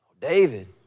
David